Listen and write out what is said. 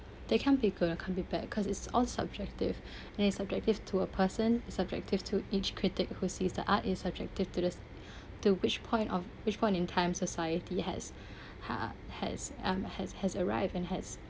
they can't be good or can't be bad cause it's all subjective and it's subjective to a person subjective to each critic who sees the art is subjective to the s~ to which point of which point in time society has ha~ has um has has arrived and has